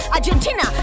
Argentina